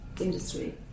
industry